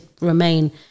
remain